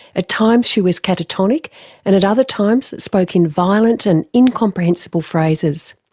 at times she was catatonic and at other times spoke in violent and incomprehensible phrases.